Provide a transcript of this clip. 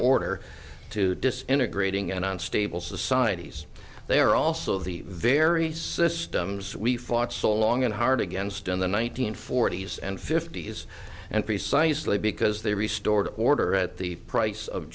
order to disintegrating an unstable societies there are also the very systems we fought so long and hard against in the one nine hundred forty s and fifty's and precisely because they restored order at the price of